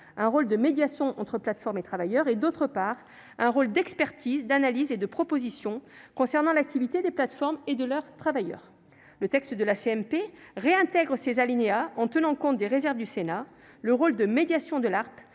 un rôle de médiation entre plateformes et travailleurs, et, d'autre part, un rôle d'expertise, d'analyse et de proposition concernant l'activité des plateformes et de leurs travailleurs. Le texte de la CMP réintègre ces alinéas en tenant compte des réserves du Sénat : le rôle de médiation de l'ARPE